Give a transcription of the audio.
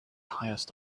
highest